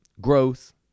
growth